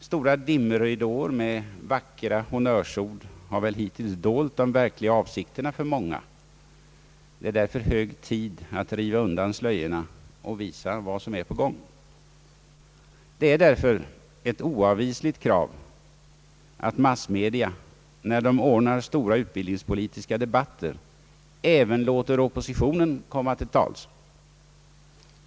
Stora dimridåer med vackra honnörsord har väl hittills dolt de verkliga avsikterna för många, och det är därför hög tid att riva undan slöjorna och visa vad som är på gång. Det är därför ett oavvisligt krav att massmedia, när de ordnar stora utbildningspolitiska debatter, även låter oppositionen komma till tals.